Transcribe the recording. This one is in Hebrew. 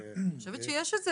אני חושבת שיש את זה.